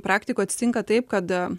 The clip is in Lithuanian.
praktikoj atsitinka taip kada